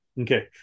okay